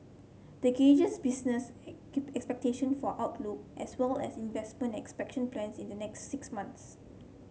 the gauges business expectations for outlook as well as investment and expansion plans in the next six months